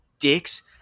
dicks